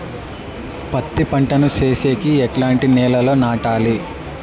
పత్తి పంట ను సేసేకి ఎట్లాంటి నేలలో నాటాలి?